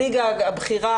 הליגה הבכירה,